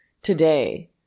today